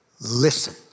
Listen